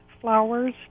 flowers